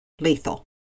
lethal